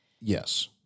Yes